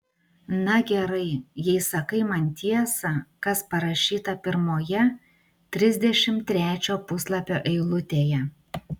na gerai jei sakai man tiesą kas parašyta pirmoje trisdešimt trečio puslapio eilutėje